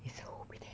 it's over there